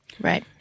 Right